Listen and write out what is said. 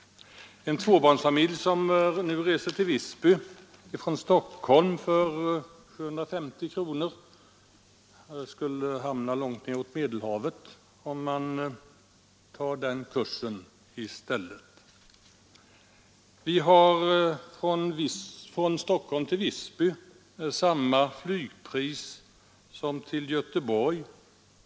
En småbarnsfamilj som nu reser till Visby från Stockholm för 750 kronor skulle för samma pris hamna långt nedåt Medelhavet om man i stället tog den kursen. En flygresa Stockholm-—-Visby kostar lika mycket som en resa Stockholm—Göteborg.